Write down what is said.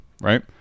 right